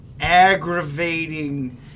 Aggravating